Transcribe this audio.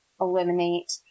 eliminate